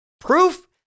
Proof